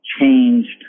changed